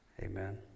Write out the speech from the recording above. Amen